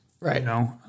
Right